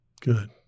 Good